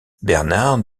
bernard